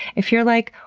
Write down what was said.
if you're like,